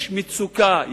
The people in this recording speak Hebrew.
יש מצוקה,